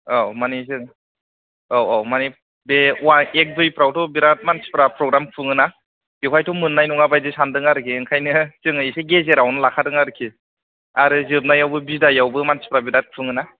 औ माने जों औ औ माने बे एक दुइफ्रावथ' बिराद मानसिफ्रा प्रग्राम खुङोना बेवहायथ' मोननाय नङा बादि सानदों आरोखि ओंखायनो जोङो एसे गेजेरावनो लाखादों आरोखि आरो जोबनायावबो बिदायावबो मानसिफ्रा बिराद खुङो ना